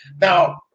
Now